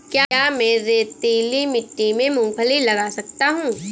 क्या मैं रेतीली मिट्टी में मूँगफली लगा सकता हूँ?